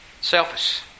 Selfish